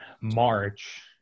march